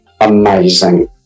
amazing